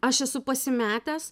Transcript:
aš esu pasimetęs